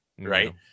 right